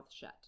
shut